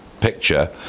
picture